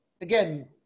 Again